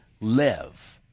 live